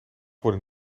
worden